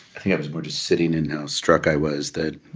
think i was more just sitting in how struck i was that